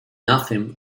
nothing